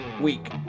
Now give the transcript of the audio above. week